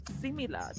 similar